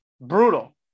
Brutal